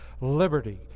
liberty